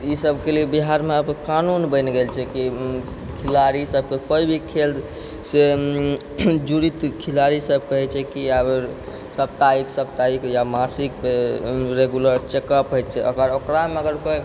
ई सबके लिए बिहारमे आब कानून बनि गेल छै की खेलाड़ी सबके कोइभी खेलसँ जुड़ि तऽ खेलाड़ी सब कहै छै की आब सप्ताहिक सप्ताहिक या मासिक रेगुलर चेकअप होइ छै अगर ओकरामे अगर कोइ